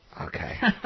Okay